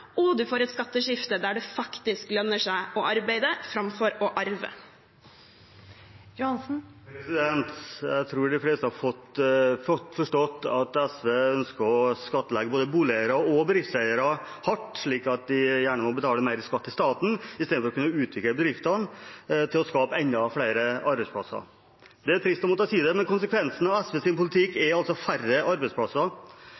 og man får et skatteskifte der det faktisk lønner seg å arbeide framfor å arve. Jeg tror de fleste har forstått at SV ønsker å skattlegge både boligeiere og bedriftseiere hardt, slik at de istedenfor å kunne utvikle bedriftene til å skape enda flere arbeidsplasser gjerne må betale mer skatt til staten. Det er trist å måtte si det, men konsekvensen av SVs politikk